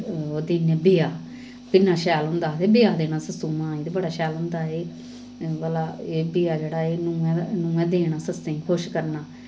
दिन्नें बेआ किन्ना शैल होंदा आखदे बेआ देना सस्सु मां गी ते बड़ा शैल होंदा एह् भला एह् बेआ जेह्ड़ा एह् नुहें दे नुहें देना सस्सें गी खुश करना